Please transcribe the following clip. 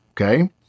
Okay